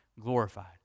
Glorified